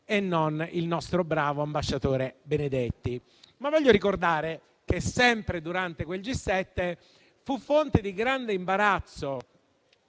e non il nostro bravo ambasciatore Benedetti. Voglio però ricordare che, sempre durante quel G7, fu fonte di grande imbarazzo